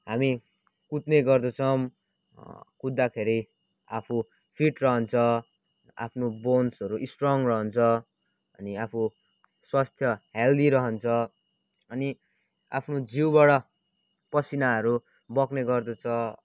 हामी कुद्ने गर्दछौँ कुद्दाखेरि आफू फिट रहन्छ आफ्नो बोन्सहरू स्ट्रङ रहन्छ अनि आफू स्वस्थ हेल्दी रहन्छ अनि आफ्नो जिउबाट पसिनाहरू बग्ने गर्दछ